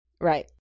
Right